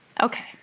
Okay